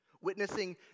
Witnessing